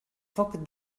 foc